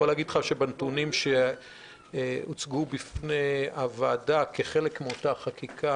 אני יכול להגיד לך שבנתונים שהוצגו בפני הוועדה כחלק מאותה חקיקה,